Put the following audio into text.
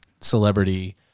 celebrity